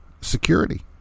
security